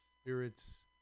Spirit's